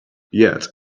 yet